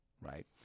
right